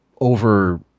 over